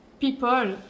people